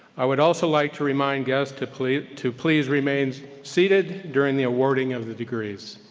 i would also like to remind guests to please to please remain seated during the awarding of the degrees.